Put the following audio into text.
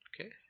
Okay